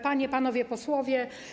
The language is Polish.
Panie i Panowie Posłowie!